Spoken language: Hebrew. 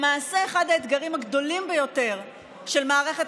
למעשה אחד האתגרים הגדולים ביותר של מערכת